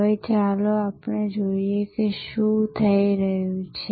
હવે ચાલો જોઈએ કે શું થઈ રહ્યું છે